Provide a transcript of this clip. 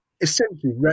essentially